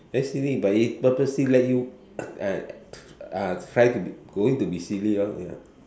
very silly but it purposely let you uh uh try to going to be silly lor ya